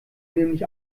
nämlich